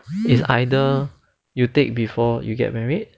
is either you take before you get married